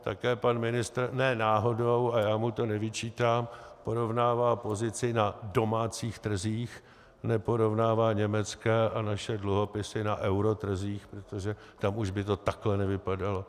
Také pan ministr ne náhodou a já mu to nevyčítám porovnává pozici na domácích trzích, neporovnává německé a naše dluhopisy na eurotrzích, protože tam už by to takhle nevypadalo.